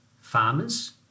farmers